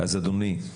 אז אדוני,